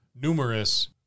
numerous